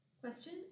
question